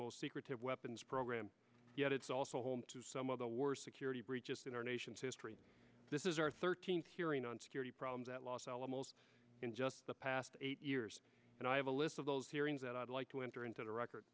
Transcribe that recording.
most secretive weapons program yet it's also home to some of the worst security breaches in our nation's history this is our thirteenth hearing on security problems at los alamos in just the past eight years and i have a list of those hearings that i'd like to enter into the record